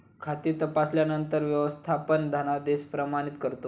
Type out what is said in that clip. खाते तपासल्यानंतर व्यवस्थापक धनादेश प्रमाणित करतो